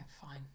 fine